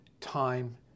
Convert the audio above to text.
time